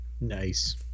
Nice